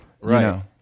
right